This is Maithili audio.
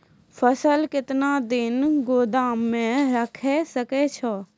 फसल केतना दिन गोदाम मे राखै सकै छौ?